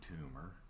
tumor